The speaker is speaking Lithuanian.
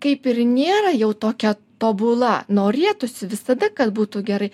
kaip ir nėra jau tokia tobula norėtųsi visada kad būtų gerai